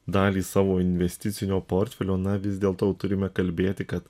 dalį savo investicinio portfelio na vis dėlto turime kalbėti kad